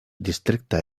distrikta